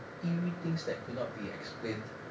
eerie things that could not be explained